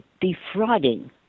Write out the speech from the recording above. defrauding